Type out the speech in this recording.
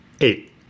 Eight